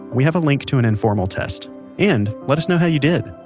we have a link to an informal test and let us know how you did.